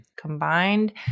combined